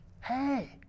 Hey